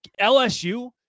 LSU